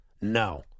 No